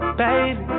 baby